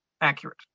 accurate